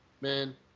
man